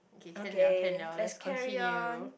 okay let's carry on